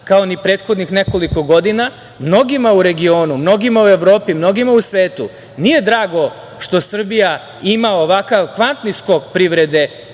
kao ni prethodnih nekoliko godina, mnogima u regionu, mnogima u Evropi, mnogima u svetu nije drago što Srbija ima ovakav kvantni skok privrede